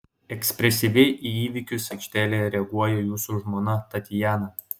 ekspresyviai į įvykius aikštėje reaguoja jūsų žmona tatjana